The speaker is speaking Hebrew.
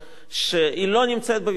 שהיא לא בוויכוח בין היסטוריונים,